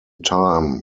time